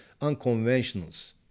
unconventionals